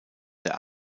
der